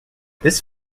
this